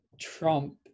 Trump